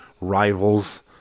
Rivals